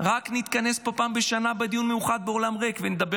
רק נתכנס פה פעם בשנה בדיון מיוחד באולם ריק ונדבר